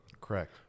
Correct